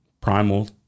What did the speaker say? primal